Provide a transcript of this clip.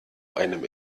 einem